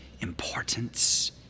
importance